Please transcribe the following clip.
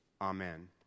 Amen